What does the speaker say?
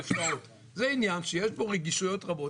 זה עניין שיש בו רגישויות רבות.